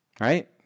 right